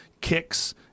kicks—